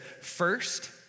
first